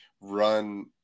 run